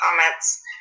comments